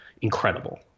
incredible